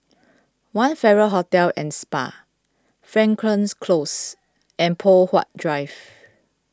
one Farrer Hotel and Spa Frankel Close and Poh Huat Drive